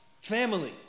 family